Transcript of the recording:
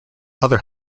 other